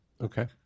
Okay